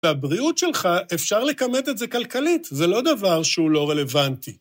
לבריאות שלך אפשר לכמת את זה כלכלית. זה לא דבר שהוא לא רלוונטי.